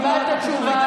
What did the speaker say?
אתה מפריע.